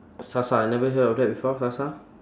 sasa never heard of that before sasa